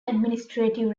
administrative